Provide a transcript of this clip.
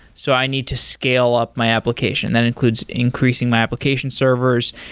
so i need to scale up my application. that includes increasing my application servers,